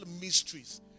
mysteries